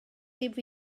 rhaid